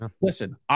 Listen